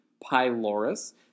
pylorus